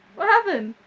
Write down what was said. what happened?